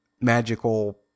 magical